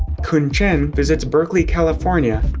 kun chen visits berkeley california,